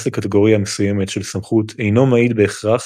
לקטגוריה מסוימת של סמכות אינו מעיד בהכרח